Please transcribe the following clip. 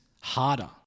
harder